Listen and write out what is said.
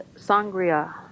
Sangria